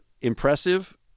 impressive